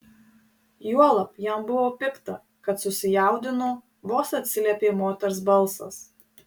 juolab jam buvo pikta kad susijaudino vos atsiliepė moters balsas